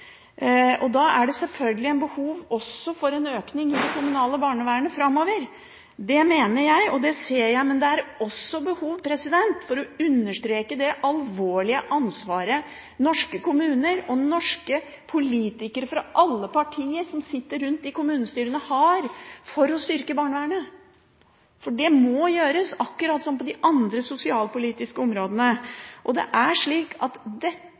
deler. Da er det selvfølgelig også behov for en økning i det kommunale barnevernet framover. Det mener jeg, og det ser jeg, men det er også behov for å understreke det alvorlige ansvaret norske kommuner og norske politikere fra alle partier som sitter rundt i kommunestyrene, har for å styrke barnevernet. For det må gjøres, akkurat som på de andre sosialpolitiske områdene. Disse problemene går som svarte, vonde tråder gjennom generasjoner av vonde liv, og